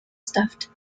stuffed